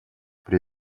при